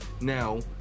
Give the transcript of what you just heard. now